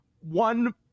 One